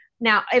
Now